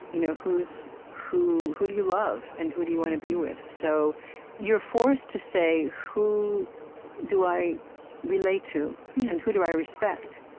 you know who who do you love? and who do you want to be with? so you're forced to say, who do i relate to? and who do i respect?